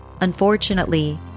Unfortunately